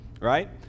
right